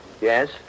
Yes